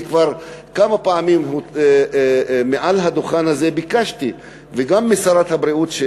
אני כבר כמה פעמים מעל הדוכן הזה ביקשתי גם משרת הבריאות,